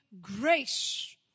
grace